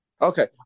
Okay